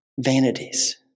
vanities